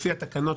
לפי התקנות,